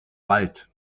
wald